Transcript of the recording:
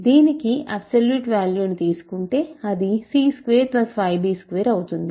దీనికి అబ్సోల్యూట్ వాల్యును తీసుకుంటే అది c25b2 అవుతుంది